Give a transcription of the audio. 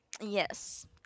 Yes